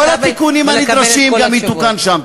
וכל התיקונים הנדרשים גם יתוקנו שם.